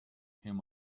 him